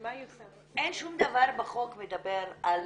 אין שום דבר בחוק שמדבר על